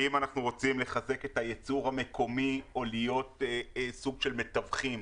האם אנחנו רוצים לחזק את הייצור המקומי או להיות סוג של מתווכים?